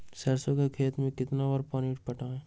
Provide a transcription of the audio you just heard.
सरसों के खेत मे कितना बार पानी पटाये?